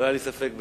לא היה לי ספק בזה.